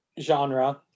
genre